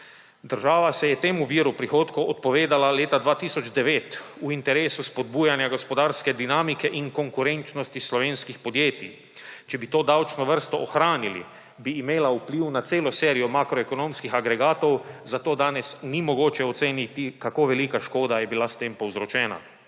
Država se je temu viru prihodkov odpovedala leta 2009 v interesu spodbujanja gospodarske dinamike in konkurenčnosti slovenskih podjetij. Če bi to davčno vrsto ohranili, bi imela vpliv na celo serijo makroekonomskih agregatov, zato danes ni mogoče oceniti, kako velika škoda je bila s tem povzročena.